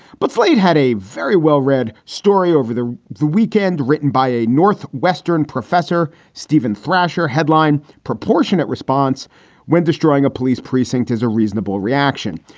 but slade had a very well read story over the the weekend written by a northwestern professor steven thrasher headline proportionate response when destroying a police precinct is a reasonable reaction.